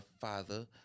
father